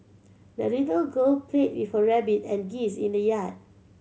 the little girl played with her rabbit and geese in the yard